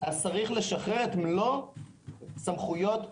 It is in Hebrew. צריך לשחרר מלוא סמכויות העזר,